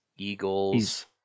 Eagles